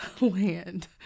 land